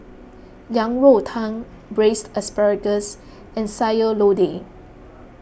Yang Rou Tang Braised Asparagus and Sayur Lodeh